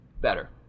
better